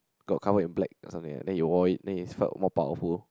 got covered in black or something like that then he wore it then he felt more powerful